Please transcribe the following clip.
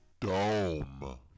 Dome